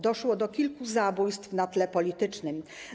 Doszło do kilku zabójstw na tle politycznym.